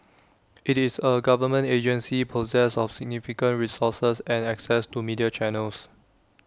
IT is A government agency possessed of significant resources and access to media channels